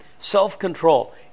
Self-control